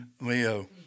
Leo